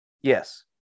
Yes